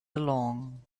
along